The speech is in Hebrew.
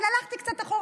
אבל הלכתי קצת אחורה,